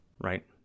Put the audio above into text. right